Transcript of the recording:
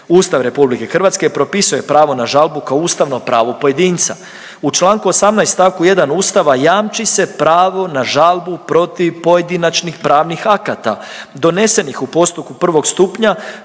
Ustav RH propisuje pravo na žalbu kao ustavno pravo pojedinca. U čl. 18. st. 1. Ustava jamči se pravo na žalbu protiv pojedinačnih pravnih akata donesenih u postupku prvog stupnja